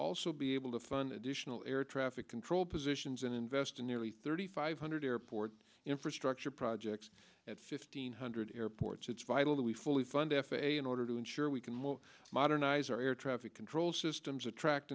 also be able to fund additional air traffic control positions and invest in nearly thirty five hundred airport infrastructure projects at fifteen hundred airports it's vital that we fully fund f a a in order to ensure we can more modernize our air traffic control systems attract